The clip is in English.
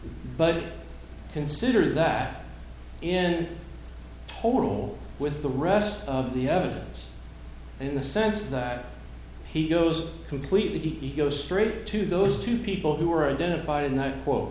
but consider that in total with the rest of the evidence in the sense that he goes completely he goes straight to those two people who were identified in that quo